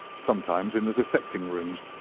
sometimes in the dissecting-rooms,